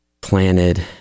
planted